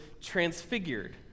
transfigured